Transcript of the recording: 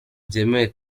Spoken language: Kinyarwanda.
byemewe